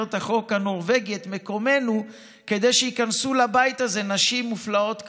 החוק הנורבגי את מקומנו כדי שייכנסו לבית הזה נשים מופלאות כמוך,